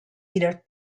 bitter